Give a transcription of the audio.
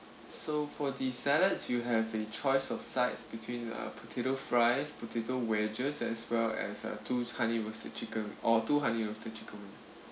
so for the salads you have a choice of sides between uh potato fries potato wedges as well as a two honey roasted chicken or two honey roasted chicken wings